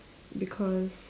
because